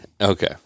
Okay